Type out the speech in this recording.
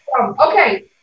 Okay